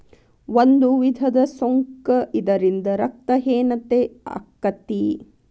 ಒಂದು ವಿಧದ ಸೊಂಕ ಇದರಿಂದ ರಕ್ತ ಹೇನತೆ ಅಕ್ಕತಿ